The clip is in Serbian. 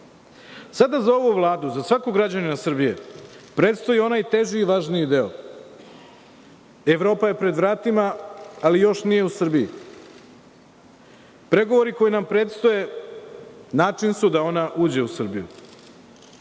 za ovu Vladu, za svakog građanina Srbije, predstoji onaj teži i važniji deo. Evropa je pred vratima, ali nije još u Srbiji. Pregovori koji nam predstoje način su da ona uđe u Srbiju.